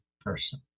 person